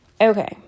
Okay